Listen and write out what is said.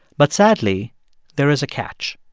but sadly there is a catch.